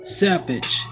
savage